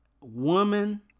woman